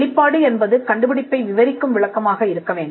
வெளிப்பாடு என்பது கண்டுபிடிப்பை விவரிக்கும் விளக்கமாக இருக்க வேண்டும்